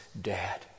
dad